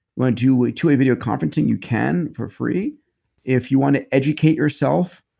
wanna do a two-way video conferencing, you can, for free if you wanna educate yourself,